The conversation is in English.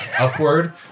upward